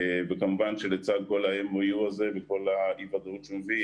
וכמובן שלצד ה-MOU הזה ואי הוודאות שהוא הביא,